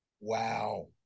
Wow